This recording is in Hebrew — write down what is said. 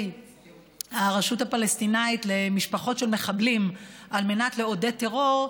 הרשות הפלסטינית למשפחות של מחבלים על מנת לעודד טרור,